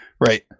Right